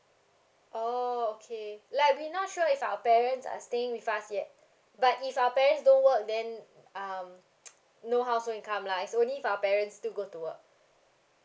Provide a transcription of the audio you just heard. oh okay like we're not sure if our parents are staying with us yet but if our parents don't work then um no household income lah it's only if our parents still go to work